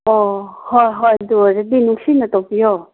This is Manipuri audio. ꯑꯣ ꯍꯣꯏ ꯍꯣꯏ ꯑꯗꯨ ꯑꯣꯏꯔꯗꯤ ꯅꯨꯡꯁꯤꯅ ꯇꯧꯕꯤꯌꯣ